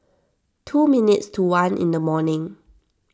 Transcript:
two minutes to one in the morning